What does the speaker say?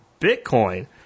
Bitcoin